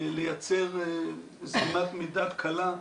לייצר זרימת מידע קלה.